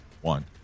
one